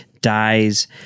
dies